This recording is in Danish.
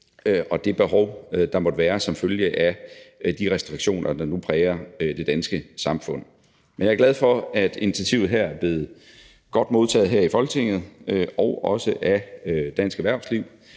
og det behov, der måtte være som følge af de restriktioner, der nu præger det danske samfund. Men jeg er glad for, at initiativet her er blevet godt modtaget i Folketinget og også af dansk erhvervsliv.